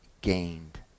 gained